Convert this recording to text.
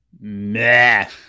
Meh